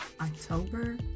October